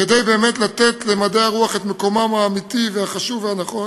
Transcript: כדי באמת לתת למדעי הרוח את מקומם האמיתי והחשוב והנכון,